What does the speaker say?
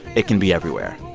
it can be everywhere.